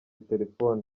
telefoni